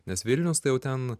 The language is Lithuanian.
nes vilnius tai jau ten